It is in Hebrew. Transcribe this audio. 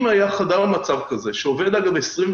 אם היה חדר מצ"ב כזה שעובד 24/7,